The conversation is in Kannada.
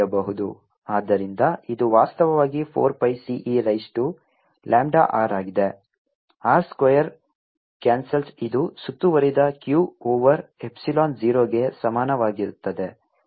ಆದ್ದರಿಂದ ಇದು ವಾಸ್ತವವಾಗಿ 4 pi c e raise to lambda r ಆಗಿದೆ r ಸ್ಕ್ವೇರ್ ಕ್ಯಾನ್ಸಲ್ಸ್ ಇದು ಸುತ್ತುವರಿದ Q ಓವರ್ ಎಪ್ಸಿಲಾನ್ 0 ಗೆ ಸಮಾನವಾಗಿರುತ್ತದೆ